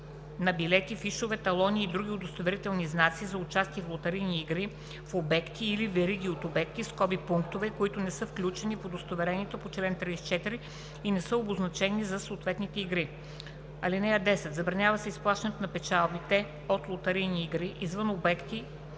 на билети, фишове, талони или други удостоверителни знаци за участие в лотарийни игри в обекти или вериги от обекти (пунктове), които не са включени в удостоверението по чл. 34 и не са обозначени за съответните игри. (10) Забранява се изплащането на печалбите от лотарийни игри извън обекти